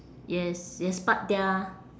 yes yes but their